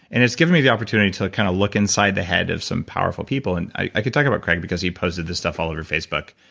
and it's giving me to the opportunity to kind of look inside the head of some powerful people. and i can talk about craig because he posted this stuff all over facebook.